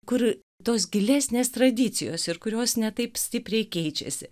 kur tos gilesnės tradicijos ir kurios ne taip stipriai keičiasi